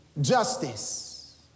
Justice